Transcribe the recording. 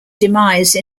demise